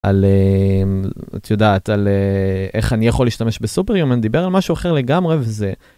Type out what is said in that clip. על המממ את יודעת על איך אני יכול להשתמש בסופר יומנט דיבר על משהו אחר לגמרי וזה.